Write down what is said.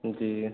जी